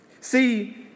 See